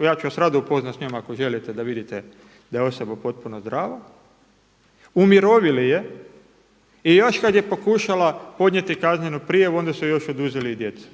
Ja ću vas rado upoznat sa njom ako želite da vidite da je osoba potpuno zdrava, umirovili je. I još kad je pokušala podnijeti kaznenu prijavu onda su joj još oduzeli i djecu.